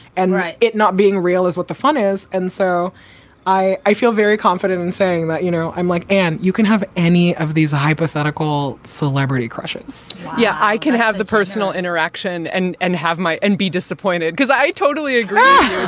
and it not being real is what the fun is. and so i i feel very confident in saying that, you know, i'm like and you can have any of these hypothetical celebrity crushes yeah, i can have the personal interaction and and have my end be disappointed because i totally agree. ah